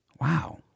wow